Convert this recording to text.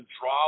draw